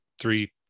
three